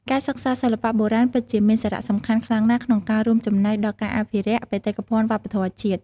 ការសិក្សាសិល្បៈបុរាណពិតជាមានសារៈសំខាន់ខ្លាំងណាស់ក្នុងការ រួមចំណែកដល់ការអភិរក្ស បេតិកភណ្ឌវប្បធម៌ជាតិ។